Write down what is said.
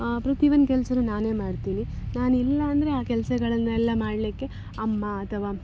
ಪ್ರತಿ ಒಂದು ಕೆಲಸನು ನಾನೇ ಮಾಡ್ತೀನಿ ನಾನಿಲ್ಲಾಂದರೆ ಆ ಕೆಲಸಗಳನ್ನೆಲ್ಲ ಮಾಡಲಿಕ್ಕೆ ಅಮ್ಮ ಅಥವಾ